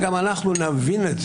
גם שם אנחנו נמצאים במקום לא רע